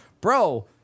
bro